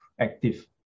active